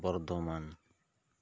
Bardhaman